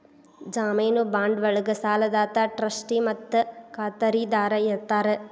ಜಾಮೇನು ಬಾಂಡ್ ಒಳ್ಗ ಸಾಲದಾತ ಟ್ರಸ್ಟಿ ಮತ್ತ ಖಾತರಿದಾರ ಇರ್ತಾರ